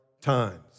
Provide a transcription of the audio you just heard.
times